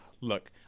look